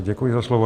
Děkuji za slovo.